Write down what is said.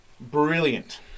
brilliant